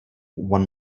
one